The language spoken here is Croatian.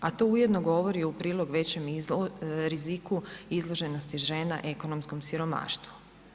A to ujedno govori u prilog većem riziku izloženosti žena ekonomskom siromaštvu.